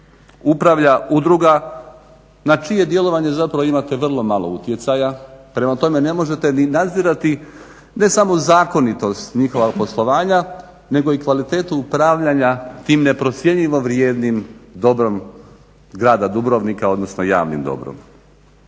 upravlja udruga na čije djelovanje zapravo imate vrlo malo utjecaja. Prema tome ne možete ni nadzirati ne samo zakonitost njihova poslovanja nego i kvalitetu upravljanja tim neprocjenjivo vrijednim dobrom grada Dubrovnika odnosno javnim dobrom.